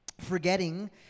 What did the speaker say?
Forgetting